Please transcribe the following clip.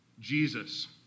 Jesus